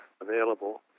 available